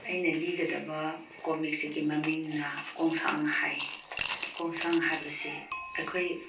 ꯑꯩꯅ ꯂꯤꯒꯗꯕ ꯀꯣꯃꯤꯛꯁꯤꯒꯤ ꯃꯃꯤꯡꯅ ꯀꯣꯡꯁꯥꯡ ꯍꯥꯏ ꯀꯣꯡꯁꯥꯡ ꯍꯥꯏꯕꯁꯤ ꯑꯩꯈꯣꯏ